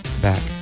back